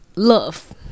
love